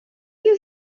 you